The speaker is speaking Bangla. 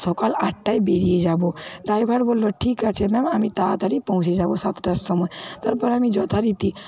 সকাল আটটায় বেরিয়ে যাব ড্রাইভার বললো ঠিক আছে ম্যাম আমি তাড়াতাড়ি পৌঁছে যাব সাতটার সময় তারপর আমি যথারীতি